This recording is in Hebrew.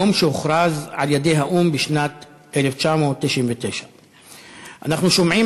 יום שהוכרז על-ידי האו"ם בשנת 1999. אנחנו שומעים